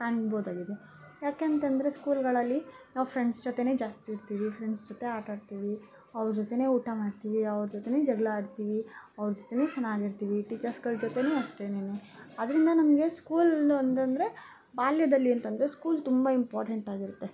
ಕಾಣ್ಬೋದಾಗಿದೆ ಯಾಕೆಂತಂದ್ರೆ ಸ್ಕೂಲುಗಳಲ್ಲಿ ನಾವು ಫ್ರೆಂಡ್ಸ್ ಜೊತೆಯೇ ಜಾಸ್ತಿ ಇರ್ತೀವಿ ಫ್ರೆಂಡ್ಸ್ ಜೊತೆ ಆಟಾಡ್ತೀವಿ ಅವ್ರ ಜೊತೆಯೇ ಊಟ ಮಾಡ್ತೀವಿ ಅವ್ರ ಜೊತೆಯೇ ಜಗಳ ಆಡ್ತೀವಿ ಅವ್ರ ಜೊತೆಯೇ ಚೆನ್ನಾಗಿರ್ತೀವಿ ಟೀಚರ್ಸ್ಗಳ ಜೊತೆಯೂ ಅಷ್ಟೇನೆ ಆದ್ದರಿಂದ ನಮಗೆ ಸ್ಕೂಲ್ ಒಂದೆಂದರೆ ಬಾಲ್ಯದಲ್ಲಿ ಅಂತಂದ್ರೆ ಸ್ಕೂಲ್ ತುಂಬ ಇಂಪಾರ್ಟೆಂಟಾಗಿರುತ್ತೆ